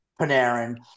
Panarin